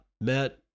met